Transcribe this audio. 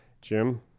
Jim